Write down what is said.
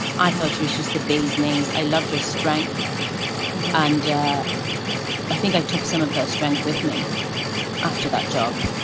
i thought she was just the bee's knees. i loved your strength and i think i took some of her strength with me after that job.